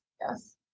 Yes